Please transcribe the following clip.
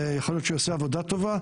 יכול להיות שהוא יעשה עבודה טובה,